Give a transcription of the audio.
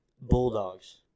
Bulldogs